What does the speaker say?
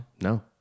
No